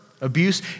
abuse